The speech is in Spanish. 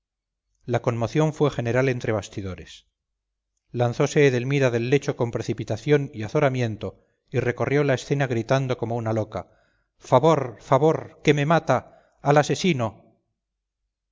la conmoción fue general entre bastidores lanzose edelmira del lecho con precipitación y azoramiento y recorrió la escena gritando como una loca favor favor que me mata al asesino